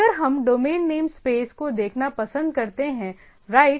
अगर हम domain name space को देखना पसंद करते हैं राइट